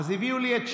אז הביאו לי את שניהם.